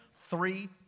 Three